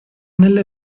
nelle